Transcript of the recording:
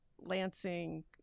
lansing